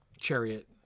chariot